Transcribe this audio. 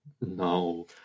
No